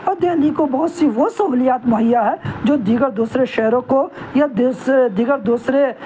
اور دہلی کو بہت سی وہ سہولیات مہیا ہیں جو دیگر دوسرے شہروں کو یا دیگر دوسرے